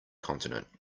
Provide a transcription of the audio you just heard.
continent